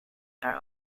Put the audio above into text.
are